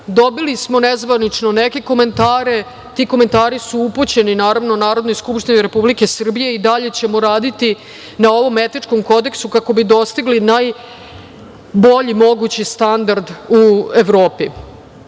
Dobili smo nezvanično neke komentare, koji su upućeni Narodnoj skupštini Republike Srbije. I dalje ćemo raditi na ovom etičkom kodeksu, kako bi dostigli najbolji mogući standard u Evropi. Takođe,